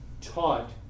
taught